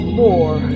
more